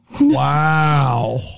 Wow